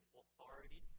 authority